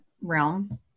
realm